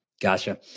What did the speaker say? Gotcha